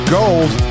gold